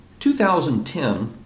2010